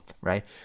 right